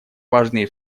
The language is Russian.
важные